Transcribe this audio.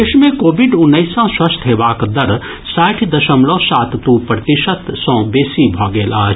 देश मे कोविड उन्नैस सँ स्वस्थ हेबाक दर साठि दशमलव सात दू प्रतिशत सँ बेसी भऽ गेल अछि